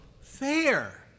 fair